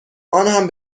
آنهم